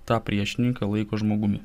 tą priešininką laiko žmogumi